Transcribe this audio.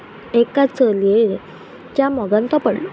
एका चलये च्या मोगान तो पडलो